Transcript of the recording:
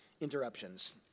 interruptions